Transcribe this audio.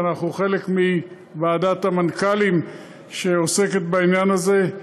ואנחנו חלק מוועדת המנכ"לים שעוסקת בעניין הזה.